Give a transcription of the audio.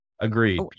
Agreed